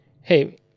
hey